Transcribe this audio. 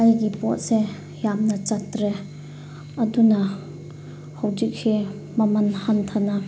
ꯑꯩꯒꯤ ꯄꯣꯠꯁꯦ ꯌꯥꯝꯅ ꯆꯠꯇ꯭ꯔꯦ ꯑꯗꯨꯅ ꯍꯧꯖꯤꯛꯁꯦ ꯃꯃꯟ ꯍꯟꯊꯅ